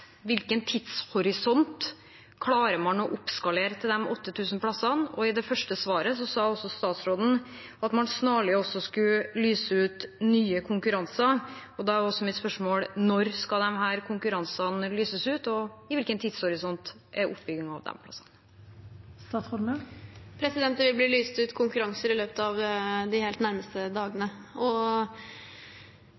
hvilken tidshorisont man klarer å oppskalere til de 8 000 plassene. I det forrige svaret sa statsråden at man snarlig skulle lyse ut nye konkurranser. Da er mitt spørsmål: Når skal disse konkurransene lyses ut, og innenfor hvilken tidshorisont er oppbyggingen av disse plassene? Det vil bli lyst ut konkurranser i løpet av de nærmeste dagene.